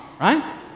right